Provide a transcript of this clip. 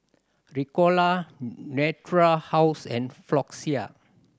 Ricola Natura House and Floxia